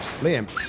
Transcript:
Liam